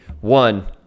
One